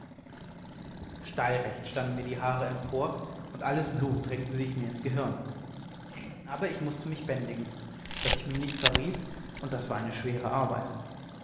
standen mir die haare empor und alles blut drängte sich mir ins gehirn aber ich mußte mich bändigen daß ich mich nicht verriet und das war eine schwere arbeit